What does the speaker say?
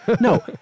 no